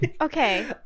Okay